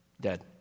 dead